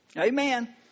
Amen